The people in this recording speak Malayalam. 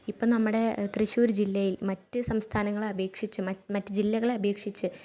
ഇപ്പം നമ്മുടെ തൃശ്ശൂർ ജില്ലയിൽ മറ്റ് സംസ്ഥാനങ്ങളെ അപേക്ഷിച്ച് മറ്റ് ജില്ലകളെ അപേക്ഷിച്ച്